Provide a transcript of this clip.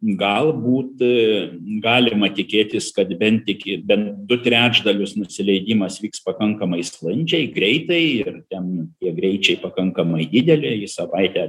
galbūt galima tikėtis kad bent tik bent du trečdalius nusileidimas vyks pakankamai sklandžiai greitai ir ten tie greičiai pakankamai dideli į savaitę